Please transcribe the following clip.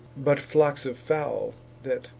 but flocks of fowl, that,